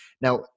Now